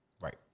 Right